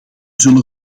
zullen